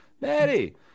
Maddie